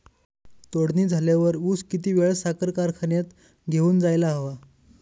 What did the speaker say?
तोडणी झाल्यावर ऊस किती वेळात साखर कारखान्यात घेऊन जायला हवा?